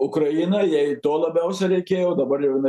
ukraina jai to labiausiai reikėjo dabar jau jinai